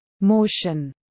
motion